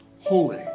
holy